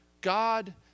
God